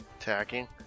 Attacking